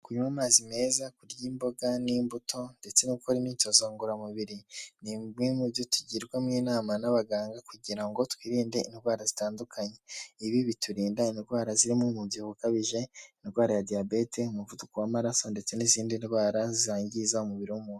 Kunywa amazi meza, kurya imboga n'imbuto ndetse no gukora imyitozo ngoramubiri ni bimwe mubyo tugirwamo inama n'abaganga kugira ngo twirinde indwara zitandukanye, ibi biturinda indwara zirimo umubyibuho ukabije, indwara ya diyabete, umuvuduko w'amaraso ndetse n'izindi ndwara zangiza umubiri w'umuntu.